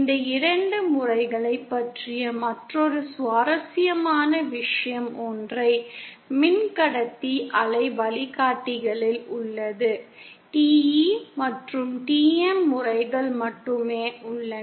இந்த இரண்டு முறைகளைப் பற்றிய மற்றொரு சுவாரஸ்யமான விஷயம் ஒற்றை மின்கடத்தி அலை வழிகாட்டிகளில் உள்ளது TE மற்றும் TM முறைகள் மட்டுமே உள்ளன